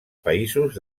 països